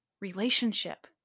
relationship